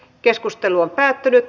keskustelua ei syntynyt